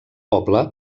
poble